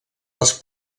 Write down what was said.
les